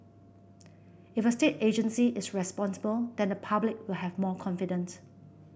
if a state agency is responsible then the public will have more confident